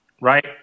right